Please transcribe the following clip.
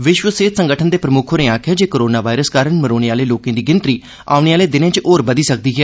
विश्व सेहत संगठन दे प्रमुक्ख होरें आखेआ ऐ जे कोरोना वायरस कारण मरोने आहले लोकें दी गिनतरी औने आहले दिनें च होर बधी सकदी ऐ